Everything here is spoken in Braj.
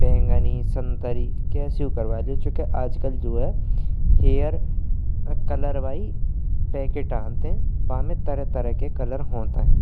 बैंगनी, सन्तरी, कैसेऊ करवैलेओ। चुंके आज कल जो है, हेयर कलरबई पैकेट आनतेइयें वांमे तरह तरह के कलर होतायेइन।